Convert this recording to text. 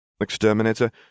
exterminator